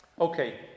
Okay